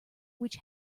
which